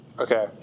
Okay